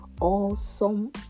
awesome